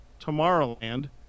Tomorrowland